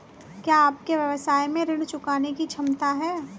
क्या आपके व्यवसाय में ऋण चुकाने की क्षमता है?